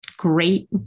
great